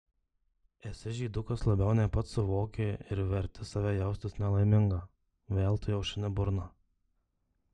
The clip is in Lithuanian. esi žydukas labiau nei pats suvoki ir verti save jaustis nelaimingą veltui aušini burną